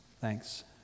Thanks